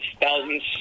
thousands